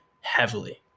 heavily